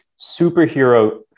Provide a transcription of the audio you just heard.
superhero